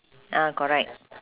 ah correct